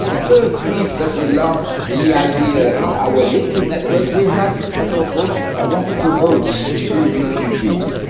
the first week that we launched the idea in our little network, we had a couple that wanted to host two refugees.